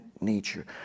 nature